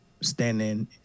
standing